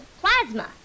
plasma